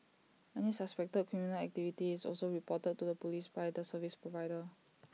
any suspected criminal activity is also reported to the Police by the service provider